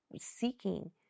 seeking